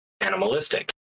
animalistic